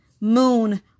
moon